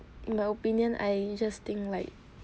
my opinion I just think like